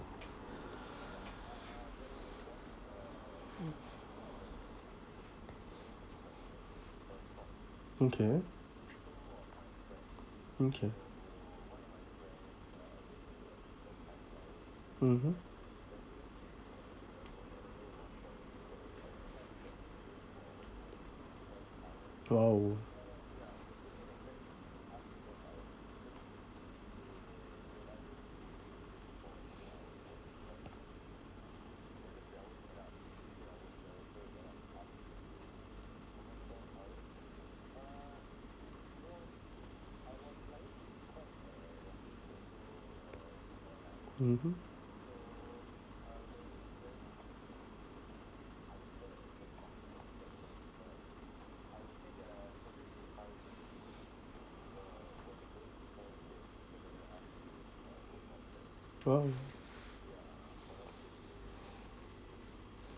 okay okay mmhmm !wow! mmhmm !wow!